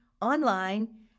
online